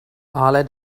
alle